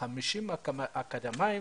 50 אקדמאים